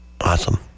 awesome